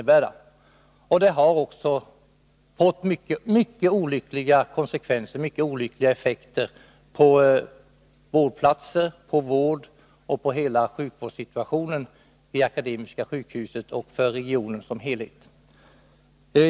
Dessa ingrepp har också fått mycket olyckliga konsekvenser i fråga om antalet vårdplatser, för vården och hela sjukvårdssituationen vid Akademiska sjukhuset och i hela regionen.